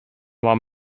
one